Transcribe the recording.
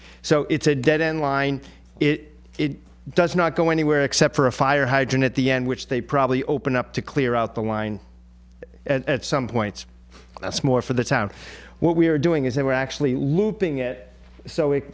so it's a dead end line it it does not go anywhere except for a fire hydrant at the end which they probably open up to clear out the line at some points that's more for the time what we are doing is they were actually looping it so it